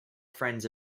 friends